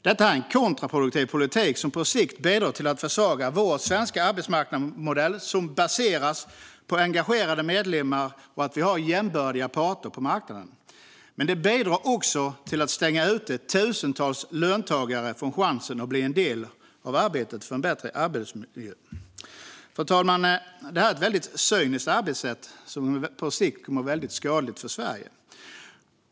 Det är en kontraproduktiv politik som på sikt bidrar till att försvaga vår svenska arbetsmarknadsmodell, som baseras på att vi har engagerade medlemmar och att vi har jämbördiga parter på arbetsmarknaden. Men den bidrar också till att stänga ute tusentals löntagare från chansen att bli en del av arbetet för en bättre arbetsmiljö. Fru talman! Detta är ett cyniskt arbetssätt, som på sikt kommer att vara väldigt skadligt för Sverige.